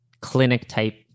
clinic-type